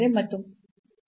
ಇದು ಮತ್ತೆ ಮುಂದುವರಿಕೆಯಾಗಿದೆ